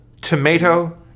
tomato